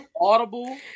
Audible